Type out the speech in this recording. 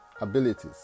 abilities